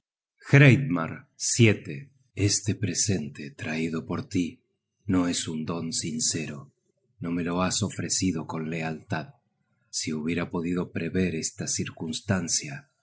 ambos hreidmar este presente traido por tí no es un don sincero no me le has ofrecido con lealtad si hubiera podido prever esta circunstancia